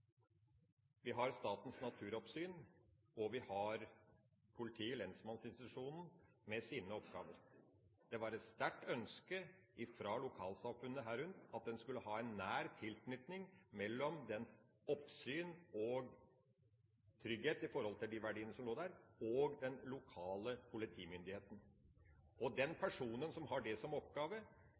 Vi har Statens naturoppsyn, og vi har politiet, lensmannsinstitusjonen, med sine oppgaver. Det var et sterkt ønske fra lokalsamfunnet at en skulle ha en nær tilknytning mellom oppsynet med og trygghet for de verdiene som lå der, og den lokale politimyndigheten. Den personen som har det som oppgave,